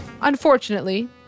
Unfortunately